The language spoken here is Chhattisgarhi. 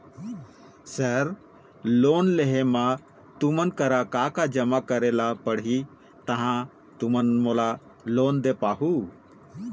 सर लोन लेहे बर तुमन करा का का जमा करें ला पड़ही तहाँ तुमन मोला लोन दे पाहुं?